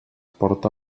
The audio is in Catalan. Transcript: porta